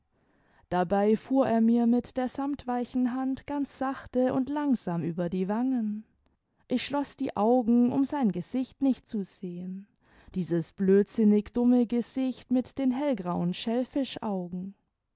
dabei fuhr er mir mit der samtweichen hand ganz sachte und langsam über die wangen ich schloß die augen um sein gesicht nicht zu sehen dieses blödsinnig dumme gesicht mit den hellgrauen